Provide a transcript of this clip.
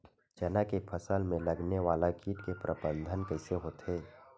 चना के फसल में लगने वाला कीट के प्रबंधन कइसे होथे?